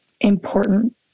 important